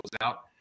out